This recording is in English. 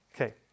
Okay